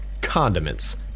condiments